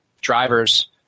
drivers